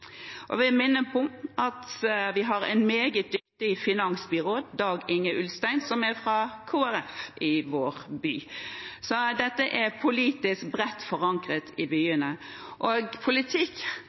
at vi har en meget dyktig finansbyråd, Dag Inge Ulstein, fra Kristelig Folkeparti, i vår by – så dette er politisk bredt forankret i